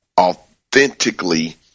Authentically